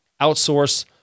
outsource